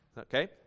Okay